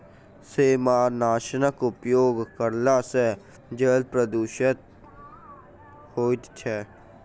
सेमारनाशकक उपयोग करला सॅ जल प्रदूषण होइत छै